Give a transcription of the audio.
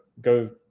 go